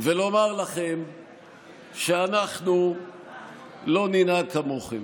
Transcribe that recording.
ולומר לכם שאנחנו לא ננהג כמוכם.